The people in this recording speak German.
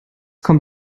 kommt